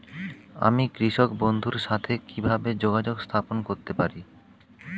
আমি কৃষক বন্ধুর সাথে কিভাবে যোগাযোগ স্থাপন করতে পারি?